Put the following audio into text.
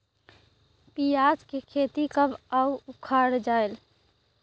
पियाज के खेती कब अउ उखाड़ा जायेल?